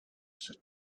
said